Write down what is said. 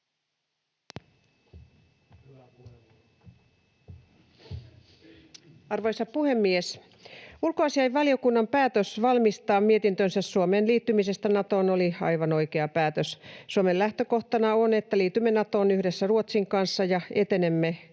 Arvoisa puhemies! Ulkoasiainvaliokunnan päätös valmistaa mietintönsä Suomen liittymisestä Natoon oli aivan oikea. Suomen lähtökohtana on, että liitymme Natoon yhdessä Ruotsin kanssa ja etenemme käsi